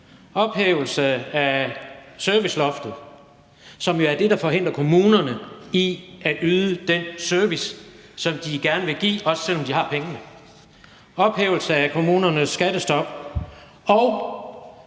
ophævelse af serviceloftet, som jo er det, der forhindrer kommunerne i at yde den service, som de gerne vil give, også selv om de har pengene; ophævelse af kommunernes skattestop; og